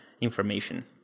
information